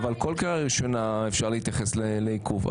אבל בכל קריאה ראשונה אפשר להתייחס לעיכוב.